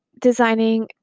designing